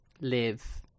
live